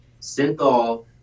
Synthol